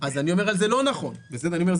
אז אני אומר על זה לא נכון, למה?